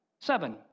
Seven